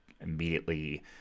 immediately